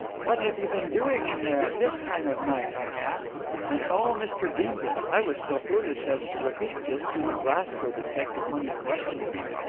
what have you been doing in there at this time of night i asked and oh, mr. gimblet, i was so foolish as to repeat this to the glasgow detective when he questioned me.